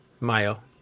Mayo